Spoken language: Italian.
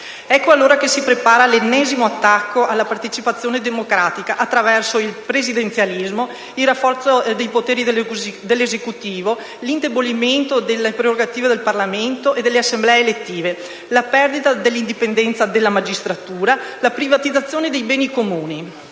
Ecco allora che si prepara l'ennesimo attacco alla partecipazione democratica attraverso il presidenzialismo, il rafforzamento dei poteri dell'Esecutivo, l'indebolimento delle prerogative del Parlamento e delle Assemblee elettive, la perdita dell'indipendenza della magistratura, la privatizzazione dei beni comuni.